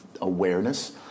awareness